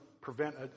prevent